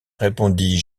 répondit